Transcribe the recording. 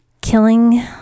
killing